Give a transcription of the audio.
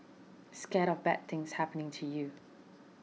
scared of bad things happening to you